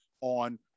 on